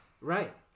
Right